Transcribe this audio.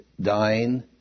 dying